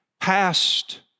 past